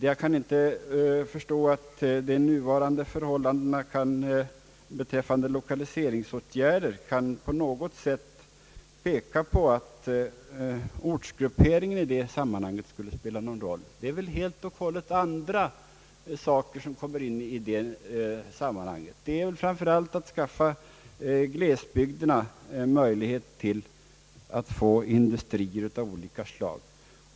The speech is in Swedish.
Jag kan inte förstå att de nuvarande förhållandena beträffande lokaliseringsåtgärder på något sätt visar, att ortsgrupperingen i detta sammanhang skulle spela någon roll. Det är helt andra saker som har betydelse i detta sammanhang. Det gäller framför allt att skaffa glesbygderna möjlighet att få industrier av olika slag.